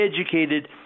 educated